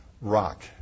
rock